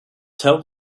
tell